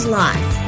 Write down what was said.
life